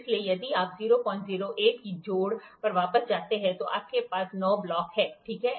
इसलिए यदि आप 008 की जोड़ पर वापस जाते हैं तो आपके पास नौ ब्लॉक हैं ठीक है